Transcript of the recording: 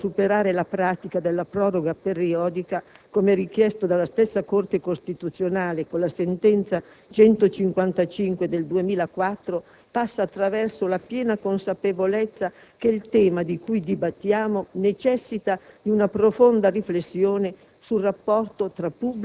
L'impegno del Governo a superare la pratica della proroga periodica, come richiesto dalla stessa Corte costituzionale con la sentenza n. 155 del 2004, passa attraverso la piena consapevolezza che il tema di cui dibattiamo necessita di una profonda riflessione